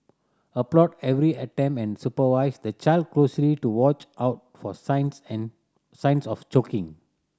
applaud every attempt and supervise the child closely to watch out for signs an signs of choking